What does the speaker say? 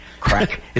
Crack